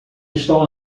estão